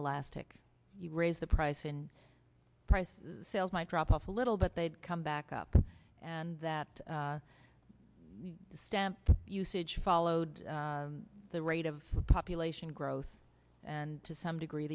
elastic you raise the price in price sales might drop off a little but they'd come back up and that stamp usage followed the rate of population growth and to some degree